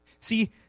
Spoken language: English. See